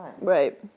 right